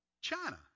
China